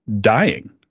dying